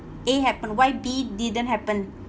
a happened why b didn't happen